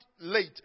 late